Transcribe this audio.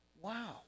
Wow